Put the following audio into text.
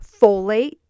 folate